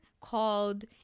called